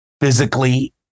physically